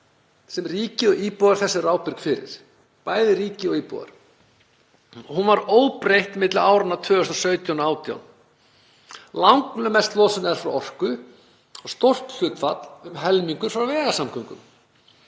sem ríkið og íbúar þess eru ábyrg fyrir, bæði ríki og íbúar. Hún var óbreytt milli áranna 2017 og 2018. Langmest losun er vegna orku og stórt hlutfall, um helmingur, frá vegasamgöngum.